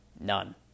None